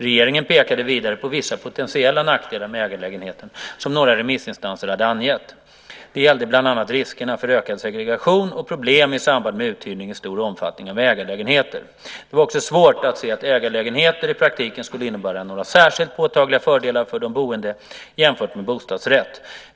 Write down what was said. Regeringen pekade vidare på vissa potentiella nackdelar med ägarlägenheter som några remissinstanser hade angett. Det gällde bland annat riskerna för ökad segregation och problem i samband med uthyrning i stor omfattning av ägarlägenheter. Det var också svårt att se att ägarlägenheter i praktiken skulle innebära några särskilt påtagliga fördelar för de boende jämfört med bostadsrätt.